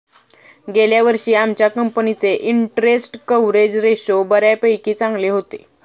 गेल्या वर्षी आमच्या कंपनीचे इंटरस्टेट कव्हरेज रेशो बऱ्यापैकी चांगले होते